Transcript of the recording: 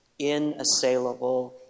inassailable